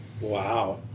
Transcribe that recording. Wow